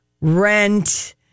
rent